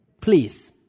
please